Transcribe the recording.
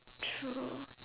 true